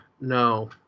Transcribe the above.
no